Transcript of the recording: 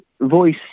voice